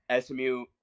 SMU